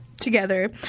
together